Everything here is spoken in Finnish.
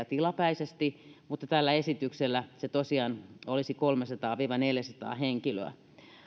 tilapäisesti mutta tällä esityksellä se tosiaan olisi kolmesataa viiva neljäsataa henkilöä